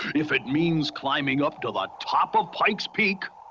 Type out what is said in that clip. if it means climbing up to the top of pikes peak!